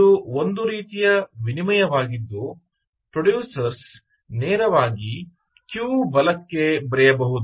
ಇದು ಒಂದು ರೀತಿಯ ವಿನಿಮಯವಾಗಿದ್ದು ಪ್ರೊಡ್ಯೂಸರ್ಸ್ ನೇರವಾಗಿ Q ಬಲಕ್ಕೆ ಬರೆಯಬಹುದು